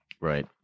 Right